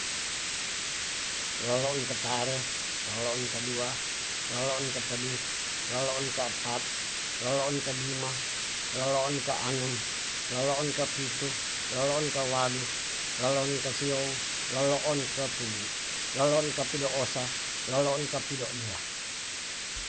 Loloon katare loloon kadua loloon katedu loloon ke epat loloon ka dima loloon ka anem loloon kapitu loloon kawadu loloon kesiou loloon kepudu loloon kapido osa loloon kapido dua